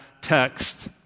text